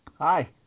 hi